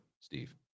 steve